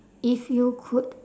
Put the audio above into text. if you could